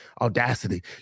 audacity